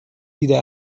دیده